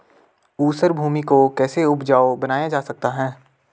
ऊसर भूमि को कैसे उपजाऊ बनाया जा सकता है?